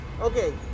Okay